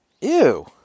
Ew